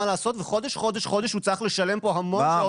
לעשות וחודש חודש הוא צריך לשלם פה המון שעות נוספות.